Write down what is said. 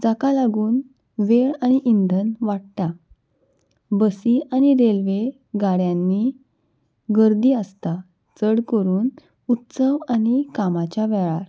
जाका लागून वेळ आनी इंधन वाडटा बसी आनी रेल्वे गाड्यांनी गर्दी आसता चड करून उत्सव आनी कामाच्या वेळार